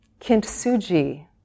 Kintsuji